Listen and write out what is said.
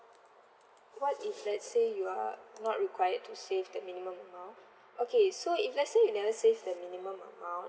what if let's say you are not required to save the minimum amount okay so if let's say you never save the minimum amount